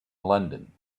london